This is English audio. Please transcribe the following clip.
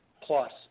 plus